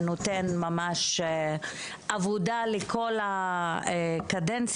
נותן ממש עבודה לכל הקדנציה,